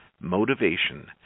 motivation